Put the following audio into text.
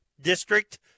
District